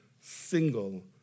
single